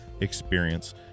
experience